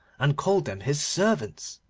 and called them his servants.